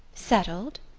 settled?